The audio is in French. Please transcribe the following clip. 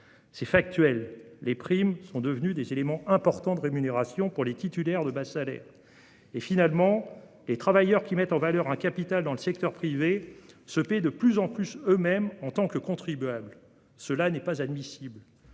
C'est factuel : les primes sont devenues des éléments importants de rémunération pour les titulaires de bas salaires. Finalement, les travailleurs qui mettent en valeur un capital dans le secteur privé se paient de plus en plus eux-mêmes en tant que contribuables. Cela n'est pas admissible.